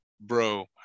bro